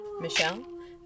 Michelle